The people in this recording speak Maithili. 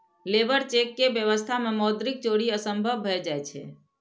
लेबर चेक के व्यवस्था मे मौद्रिक चोरी असंभव भए जाइ छै